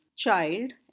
Child